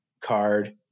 card